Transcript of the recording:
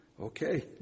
Okay